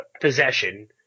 possession